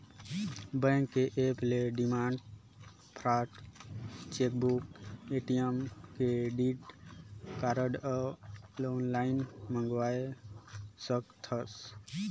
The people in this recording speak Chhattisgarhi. बेंक के ऐप ले demand draft, chequebook, ATM, credit card ल आनलाइन मंगवाये सकथस